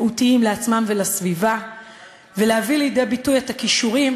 לעצמן ולסביבה ולהביא לידי ביטוי את הכישורים